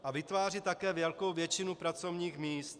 A vytvářejí také velkou většinu pracovních míst.